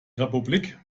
republik